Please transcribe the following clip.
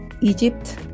Egypt